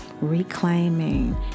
reclaiming